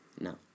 No